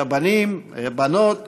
את הבנים, את הבנות